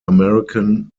american